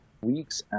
weeks